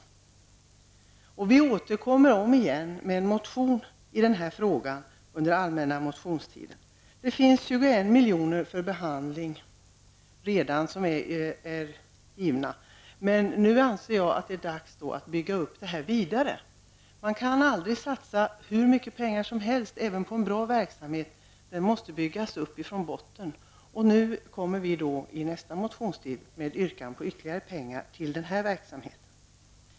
Miljöpartiet återkommer om igen med en motion i denna fråga under allmänna motionstiden. Det anslås redan 21 milj.kr. till psykoterapeutiska behandlingar, men jag anser att det är dags att bygga vidare på verksamheten. Även om man satsar aldrig så mycket pengar, också på en bra verksamhet, kan man aldrig komma ifrån kravet att den måste byggas upp från grunden. Vi kommer under den allmänna motionstiden att yrka på ytterligare pengar till den här verksamheten.